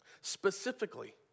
Specifically